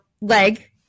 leg